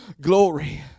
glory